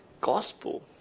gospel